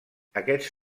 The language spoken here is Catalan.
aquests